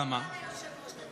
דוגמה לא טובה ליושב-ראש.